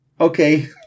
Okay